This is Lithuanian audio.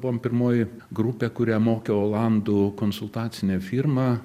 buvom pirmoji grupė kurią mokė olandų konsultacinė firma